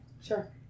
sure